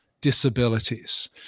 disabilities